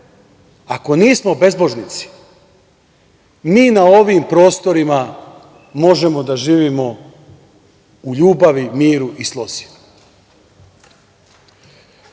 ako nismo bezbožnici, mi na ovim prostorima možemo da živimo u ljubavi, miru i slozi. Od